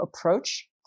approach